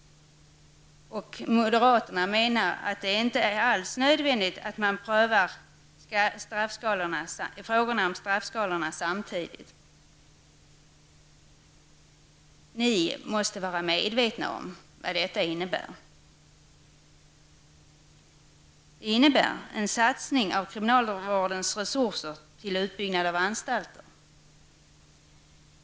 Moderaterna menar att det inte alls är nödvändigt att samtidigt pröva frågorna om straffskalorna. Ni måste vara medvetna om vad detta innebär. Det innebär en satsning av kriminalvårdens resurser på en utbyggnad av anstalter.